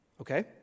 okay